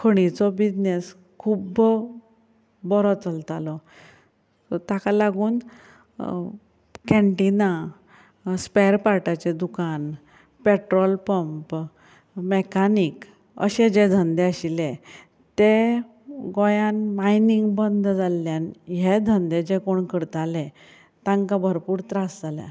खणीचो बिजनेस खूब बोरो चलतालो ताका लागून कॅन्टीनां स्पेर पार्टाचें दुकान पेट्रोल पंप मॅकानीक अशें जे धंदे आशिल्ले ते गोंयांत मायनींग बंद जाल्ल्यान हे धंदे जे कोण करताले तांकां भरपूर त्रास जाल्यात